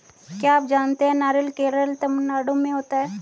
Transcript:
क्या आप जानते है नारियल केरल, तमिलनाडू में होता है?